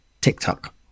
TikTok